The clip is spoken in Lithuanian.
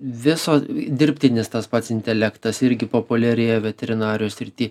viso dirbtinis tas pats intelektas irgi populiarėja veterinarijos srity